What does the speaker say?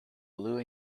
blue